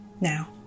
Now